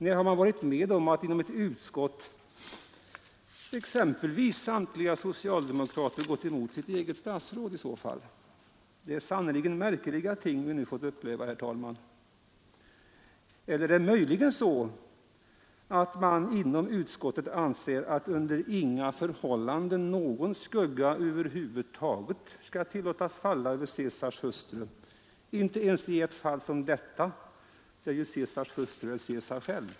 När har man tidigare varit med om att exempelvis samtliga socialdemokrater i ett utskott har gått emot sitt eget statsråd? Det är sannerligen märkeliga ting vi nu har fått uppleva, herr talman! Eller är det möjligen så, att man inom utskottet har ansett att någon skugga över huvud taget under inga förhållanden skall tillåtas falla över Caesars hustru, inte ens i ett fall som detta, där ju ”Caesars hustru” så att säga är Caesar själv.